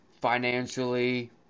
financially